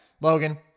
Logan